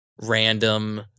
random